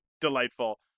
delightful